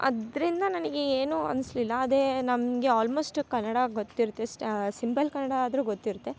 ಅದರಿಂದ ನನಗೆ ಏನು ಅನಿಸ್ಲಿಲ್ಲ ಅದೇ ನಮಗೆ ಆಲ್ಮೋಸ್ಟ್ ಕನ್ನಡ ಗೊತ್ತಿರುತ್ತೆ ಸಿಂಪಲ್ ಕನ್ನಡ ಆದರು ಗೊತ್ತಿರುತ್ತೆ